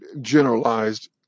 generalized